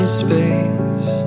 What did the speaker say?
space